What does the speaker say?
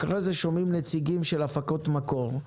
אחרי כן נשמע נציגים של הפקות מקור.